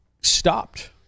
stopped